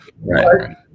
right